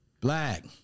black